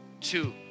two